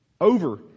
over